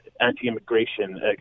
anti-immigration